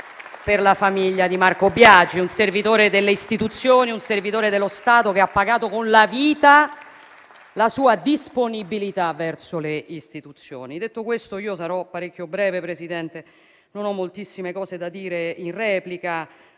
alla famiglia di Marco Biagi, un servitore delle istituzioni, un servitore dello Stato che ha pagato con la vita la sua disponibilità verso le istituzioni. Detto questo, io sarò molto breve, Presidente. Non ho moltissime cose da dire in replica,